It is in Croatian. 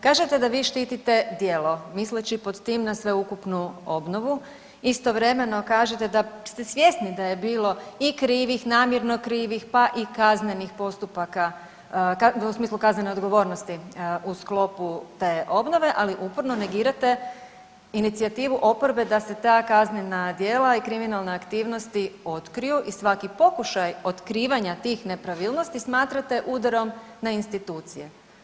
Kažete da vi štitite djelo misleći pod tim na sveukupnu obnovu, istovremeno kažete da ste svjesni da je bilo i krivih, namjerno krivih pa i kaznenih postupka u smislu kaznene odgovornosti u sklopu te obnove, ali uporno negirate inicijativu oporbe da se ta kaznena djela i kriminalne aktivnosti otkriju i svaki pokušaj otkrivanja tih nepravilnosti smatrate udarom na institucije.